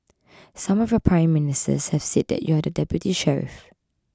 some of your Prime Ministers have said that you are the deputy sheriff